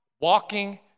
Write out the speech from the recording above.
walking